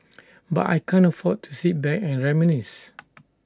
but I can't afford to sit back and reminisce